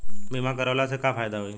बीमा करवला से का फायदा होयी?